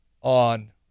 on